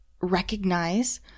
recognize